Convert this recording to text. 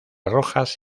rojas